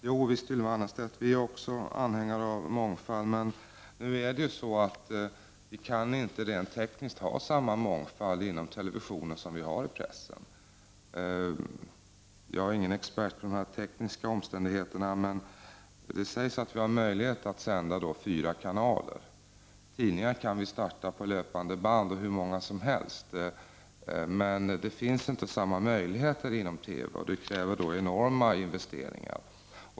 Herr talman! Jovisst, Ylva Annerstedt, också vi är anhängare av mångfald, men nu kan vi inte rent tekniskt ha samma mångfald inom televisionen som vi har på pressens område. Jag är ingen expert på de tekniska omständigheterna, men det sägs att vi har möjlighet att sända i fyra kanaler. Tidningar kan vi starta på löpande band, hur många som helst. Det finns inte samma möjligheter inom TV och det kräver enorma investeringar.